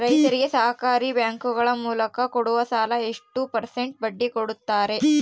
ರೈತರಿಗೆ ಸಹಕಾರಿ ಬ್ಯಾಂಕುಗಳ ಮೂಲಕ ಕೊಡುವ ಸಾಲ ಎಷ್ಟು ಪರ್ಸೆಂಟ್ ಬಡ್ಡಿ ಕೊಡುತ್ತಾರೆ?